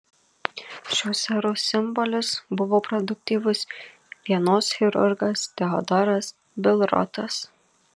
šios eros simbolis buvo produktyvus vienos chirurgas teodoras bilrotas